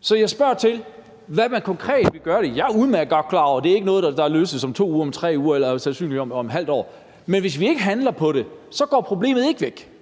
Så jeg spørger til, hvad man konkret vil gøre. Jeg er udmærket klar over, at det ikke er noget, der løses om 2 uger, om 3 uger eller om ½ år, men hvis vi ikke handler på det, går problemet ikke væk.